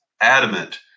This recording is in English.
adamant